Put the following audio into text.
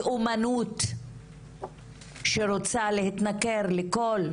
לאומנות שרוצה להתנכר לכל